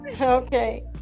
Okay